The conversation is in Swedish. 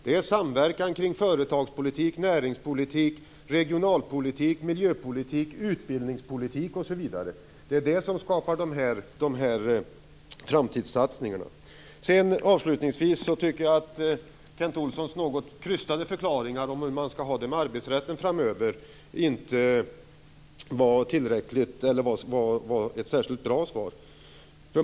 Det är samverkan kring företagspolitik, näringspolitik, regionalpolitik, miljöpolitik och utbildningspolitik osv. som skapar de här framtidssatsningarna. Avslutningsvis tycker jag att Kent Olssons något krystade förklaringar om hur man skall ha det med arbetsrätten framöver inte var ett särskilt bra svar.